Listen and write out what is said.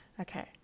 okay